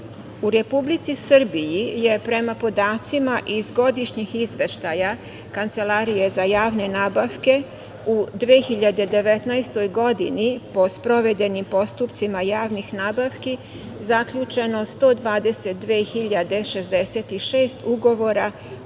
Republici Srbiji je prema podacima iz godišnjih Izveštaja Kancelarije za javne nabavke u 2019. godini po sprovedenim postupcima javnih nabavki zaključeno 122.066 ugovora